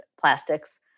plastics